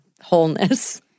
wholeness